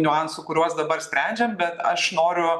niuansų kuriuos dabar sprendžiam bet aš noriu